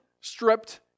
stripped